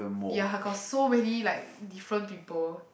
ya got so many like different people